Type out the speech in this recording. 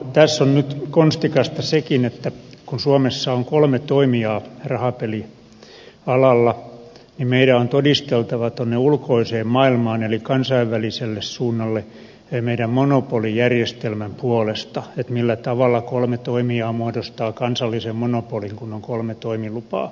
tässä on nyt konstikasta sekin että kun suomessa on kolme toimijaa rahapelialalla meidän on todisteltava tuonne ulkoiseen maailmaan eli kansainväliselle suunnalle meidän monopolijärjestelmämme puolesta millä tavalla kolme toimijaa muodostaa kansallisen monopolin kun on kolme toimilupaa